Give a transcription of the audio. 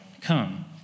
Come